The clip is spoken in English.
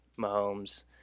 Mahomes